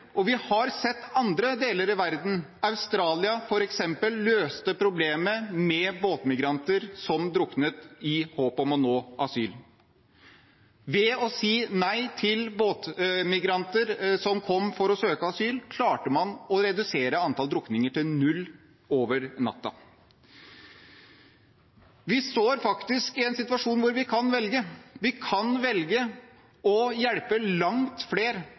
Vi har sett at andre deler av verden, f.eks. Australia, løste problemet med båtmigranter som druknet i håp om å nå asyl. Ved å si nei til båtmigranter som kom for å søke asyl, klarte man å redusere antall drukninger til null over natten. Vi står faktisk i en situasjon hvor vi kan velge. Vi kan velge å hjelpe langt flere